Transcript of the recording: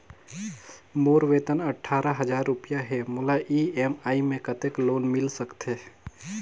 मोर वेतन अट्ठारह हजार रुपिया हे मोला ई.एम.आई मे कतेक लोन मिल सकथे?